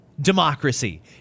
Democracy